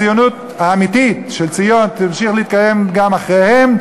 הציונות האמיתית של ציון תמשיך להתקיים גם אחריהם,